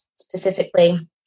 specifically